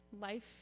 life